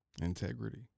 integrity